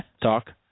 talk